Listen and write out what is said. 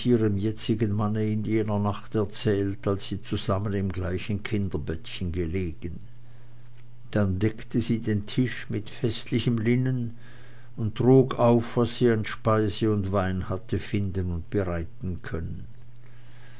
jetzigen manne in jener nacht erzählt als sie zusammen im gleichen kinderbettchen gelegen dann deckte sie den tisch mit festlichem linnen und trug auf was sie an speise und wein hatte finden und bereiten können